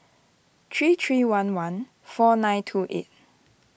three three one one four nine two eight